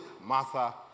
Martha